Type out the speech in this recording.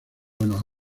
buenos